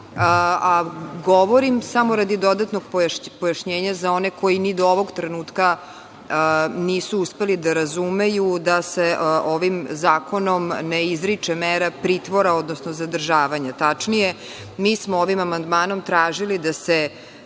amandman. Govorim samo radi dodatnog pojašnjenja za one koji ni do ovog trenutka nisu uspeli da razumeju da se ovim zakonom ne izriče mera pritvora, odnosno zadržavanja. Tačnije, mi smo ovim amandmanom tražili da se